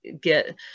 get